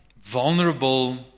vulnerable